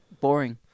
boring